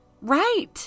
Right